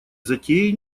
затеи